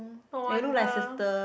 no wonder